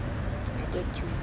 I get you